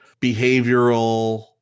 behavioral